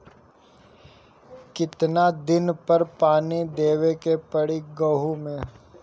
कितना दिन पर पानी देवे के पड़ी गहु में?